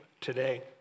today